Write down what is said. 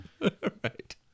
Right